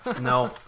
No